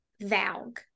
Valg